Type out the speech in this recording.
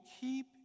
keep